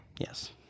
Yes